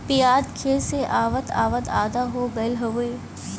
पियाज खेत से आवत आवत आधा हो गयल हउवे